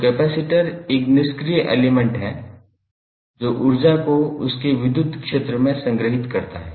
तो कपैसिटर एक निष्क्रिय एलिमेंट है जो ऊर्जा को उसके विद्युत क्षेत्र में संग्रहीत करता है